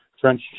French